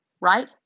Right